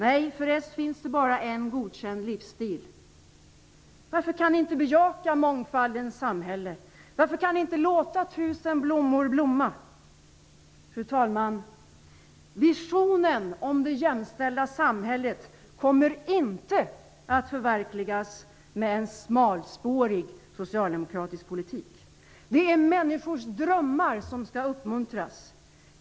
Nej, för socialdemokraterna finns det bara en godkänd livsstil. Varför kan ni inte bejaka mångfalden i samhället? Varför kan ni inte låta tusen blommor blomma? Fru talman! Visionen om det jämställda samhället kommer inte att förverkligas med en smalspårig socialdemokratisk politik. Det är människors drömmar som skall uppmuntras.